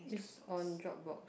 means on drop box